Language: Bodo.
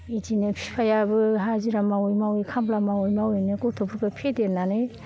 इदिनो बिफायाबो हाजिरा मावै मावै खामला मावै मावैनो गथ'फोरखो फेदेरनानै